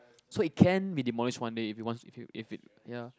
so it can be demolish one day if you wants if you if it ya